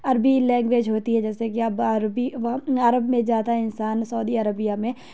عربی لینگویج ہوتی ہے جیسے کہ اب عربی عرب میں جاتا انسان سعودی عربیہ میں